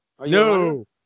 No